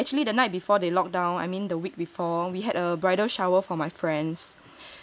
the night actually the night before they locked down I mean the week before we had a bridal shower for my friends